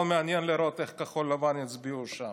אבל מעניין לראות איך כחול לבן יצביעו שם.